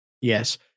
Yes